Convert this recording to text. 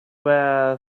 wear